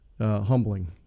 humbling